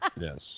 Yes